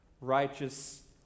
righteous